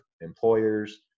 employers